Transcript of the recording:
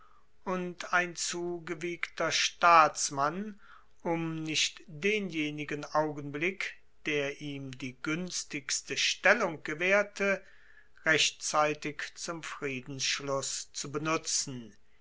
und ein zu gewiegter staatsmann um nicht denjenigen augenblick der ihm die guenstigste stellung gewaehrte rechtzeitig zum friedensschluss zu benutzen